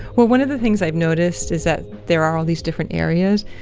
well, one of the things i've noticed is that there are all these different areas,